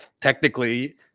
technically